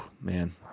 man